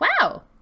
Wow